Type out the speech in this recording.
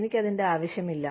എനിക്ക് അതിന്റെ ആവശ്യമില്ല